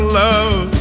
love